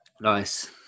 Nice